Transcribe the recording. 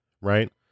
right